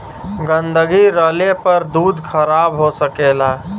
गन्दगी रहले पर दूध खराब हो सकेला